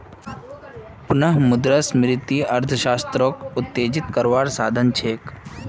पुनः मुद्रस्फ्रिती अर्थ्शाश्त्रोक उत्तेजित कारवार साधन छे